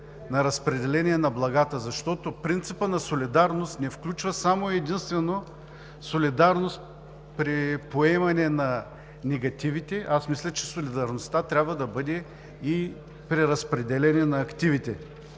на разпределение на благата, защото принципът на солидарност не включва само и единствено солидарност при поемане на негативите. Мисля, че солидарността трябва да бъде и при разпределение на активите,